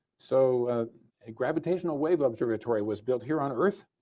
so gravitational wave observatory was built here on earth,